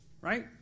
Right